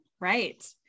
Right